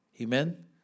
Amen